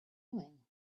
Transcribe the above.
doing